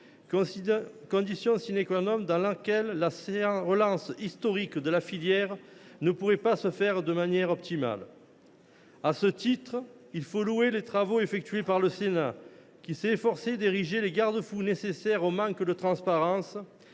condition pour que cette relance historique de la filière se fasse de manière optimale. À ce titre, il faut louer les travaux effectués par le Sénat, qui s’est efforcé d’ériger les garde fous nécessaires au manque de transparence,